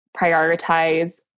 prioritize